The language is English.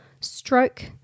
stroke